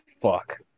fuck